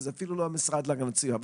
זה אפילו לא המשרד להגנת הסביבה.